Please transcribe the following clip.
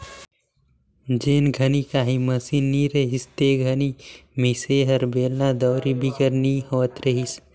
जेन घनी काही मसीन नी रहिस ते घनी मिसई हर बेलना, दउंरी बिगर नी होवत रहिस